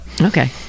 Okay